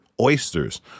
oysters